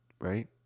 right